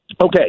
Okay